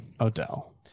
Odell